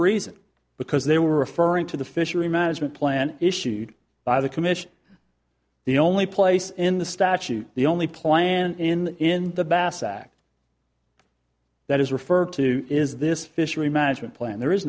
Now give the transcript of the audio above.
reason because they were referring to the fishery management plan issued by the commission the only place in the statute the only plan in the bass act that is referred to is this fishery management plan there is